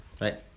Right